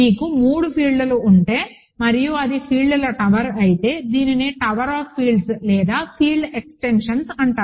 మీకు మూడు ఫీల్డ్లు ఉంటే మరియు అది ఫీల్డ్ల టవర్ అయితే దీనిని టవర్ ఆఫ్ ఫీల్డ్లు లేదా ఫీల్డ్ ఎక్స్టెన్షన్స్ అంటారు